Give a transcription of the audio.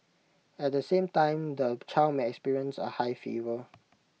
at the same time the child may experience A high fever